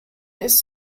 its